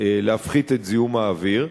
להפחית את זיהום האוויר.